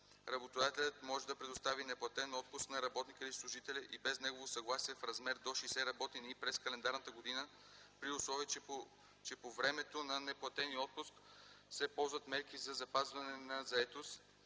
работодателят може да предостави неплатен отпуск на работника или служителя и без негово съгласие в размер до 60 работни дни през календарната година, при условие че по времето на неплатения отпуск се ползват мерки за запазване на заетост,